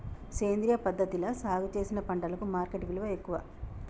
సేంద్రియ పద్ధతిలా సాగు చేసిన పంటలకు మార్కెట్ విలువ ఎక్కువ